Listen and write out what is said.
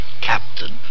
Captain